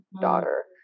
daughter